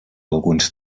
alguns